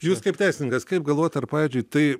jūs kaip teisininkas kaip galvojat ar pavyzdžiui tai